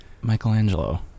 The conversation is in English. Michelangelo